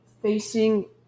Facing